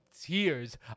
tears